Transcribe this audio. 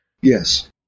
Yes